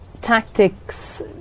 tactics